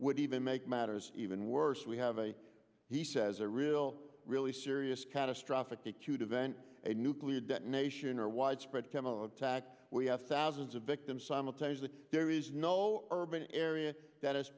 would even make matters even worse we have a he says a real really serious catastrophic acute event a nuclear detonation or widespread chemical attack we have thousands of victims simultaneously there is no urban area that